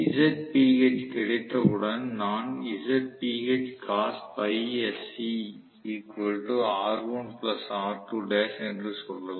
Zph கிடைத்தவுடன் நான் என்று சொல்லலாம்